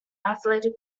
athletic